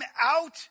out